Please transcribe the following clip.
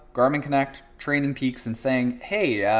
garmin connect, training peaks, and saying, hey, yeah